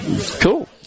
cool